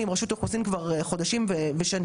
ונמצאים כרגע גם בעתירה,